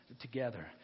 together